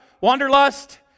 wanderlust